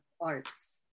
arts